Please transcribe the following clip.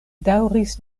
daŭris